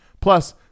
Plus